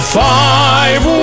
five